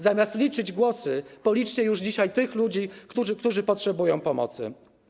Zamiast liczyć głosy, policzcie już dzisiaj tych ludzi, którzy potrzebują pomocy.